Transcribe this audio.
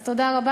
אז תודה רבה.